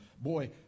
boy